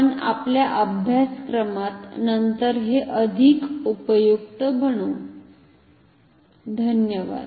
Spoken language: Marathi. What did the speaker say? आपण आपल्या अभ्यासक्रमात नंतर हे अधिक उपयुक्त बनवू